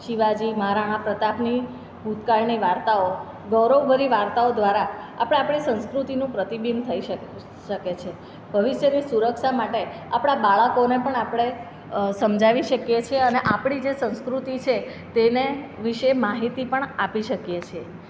શિવાજી મહારાણા પ્રતાપની ભૂતકાળની વાર્તાઓ ગૌરવભરી વાર્તાઓ દ્વારા આપણે આપણી સંસ્કૃતિનું પ્રતિબિંબ થઈ શકે છે ભવિષ્યની સુરક્ષા માટે આપણાં બાળકોને પણ આપણે સમજાવી શકીએ છીએ અને આપણી જે સંસ્કૃતિ છે તેને વિષે માહિતી પણ આપી શકીએ છીએ